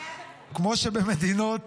כמו במדינות